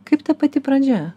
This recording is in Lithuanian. kaip ta pati pradžia